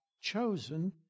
chosen